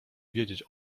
wiedzieć